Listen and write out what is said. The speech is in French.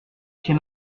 chez